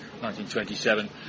1927